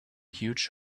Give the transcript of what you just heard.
huge